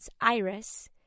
Iris